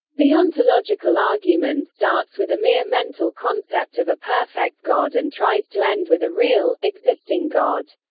the ontological argument starts with a mere mental concept of a perfect god and tries to end with a real, existing god.